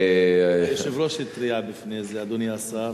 היושב-ראש התריע על זה, אדוני השר,